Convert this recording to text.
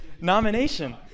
nomination